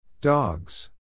Dogs